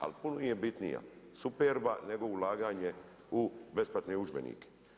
Al puno je bitnija Superba nego ulaganje u besplatne udžbenike.